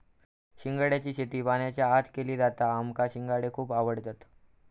शिंगाड्याची शेती पाण्याच्या आत केली जाता माका शिंगाडे खुप आवडतत